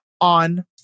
on